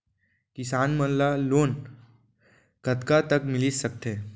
किसान मन ला लोन कतका तक मिलिस सकथे?